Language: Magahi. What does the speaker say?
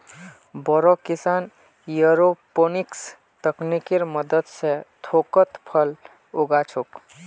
बोरो किसान एयरोपोनिक्स तकनीकेर मदद स थोकोत फल उगा छोक